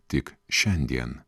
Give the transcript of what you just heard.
tik šiandien